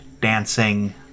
dancing